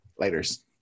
Laters